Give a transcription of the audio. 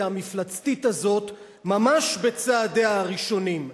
המפלצתית הזאת ממש בצעדיה הראשונים.